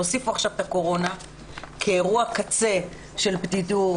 תוסיפו עכשיו את הקורונה כאירוע קצה של בדידות,